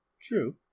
True